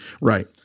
Right